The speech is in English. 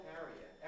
area